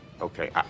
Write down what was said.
Okay